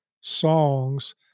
songs